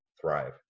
thrive